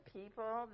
people